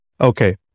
Okay